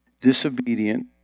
disobedient